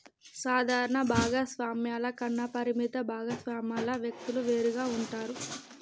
సాధారణ భాగస్వామ్యాల కన్నా పరిమిత భాగస్వామ్యాల వ్యక్తులు వేరుగా ఉంటారు